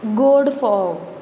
गोड फोव